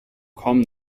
komm